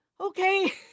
Okay